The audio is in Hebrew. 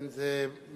כן, זה מאוד,